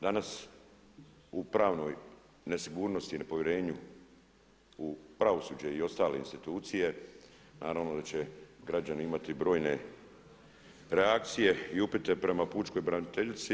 Danas u pravnoj nesigurnosti i nepovjerenju u pravosuđe i ostale institucije naravno da će građani imati brojne reakcije i upite prema pučkoj braniteljici.